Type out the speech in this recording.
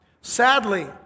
sadly